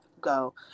go